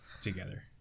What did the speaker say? together